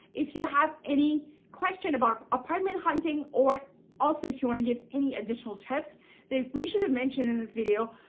if you have any question about apartment hunting or also if you want to give any additional tips that we should have mentioned in this video,